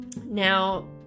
Now